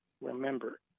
remember